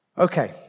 Okay